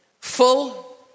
full